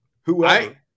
whoever